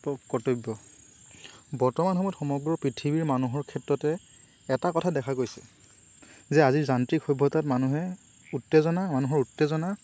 কৰ্তব্য বৰ্তমান সময়ত সমগ্ৰ পৃথিৱীৰ মানুহৰ ক্ষেত্ৰতে এটা কথা দেখা গৈছে যে আজিৰ যান্ত্ৰিক সভ্যতাত মানুহে উত্তেজনা মানুহৰ উত্তেজনা